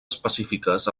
específiques